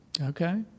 Okay